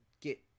get